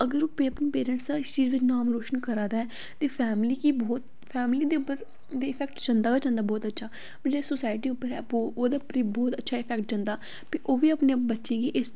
अगर ओह् अपने पेरेंट्स दा नाम रोशन करा दा ऐ ते फैमिली गी बहुत फैमली दे उप्पर इफेक्ट जंदा के जंदा बौत अच्छा पर जेड़ी सोसायटी उप्पर ओह्दे उप्पर बी बौत अच्छा इफेक्ट जंदा ते ओह् बी अपने बच्चें गी इस